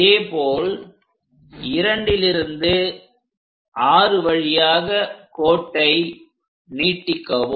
இதேபோல் 2லிருந்து 6 வழியாக கோட்டை நீட்டிக்கவும்